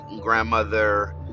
grandmother